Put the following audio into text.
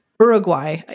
Uruguay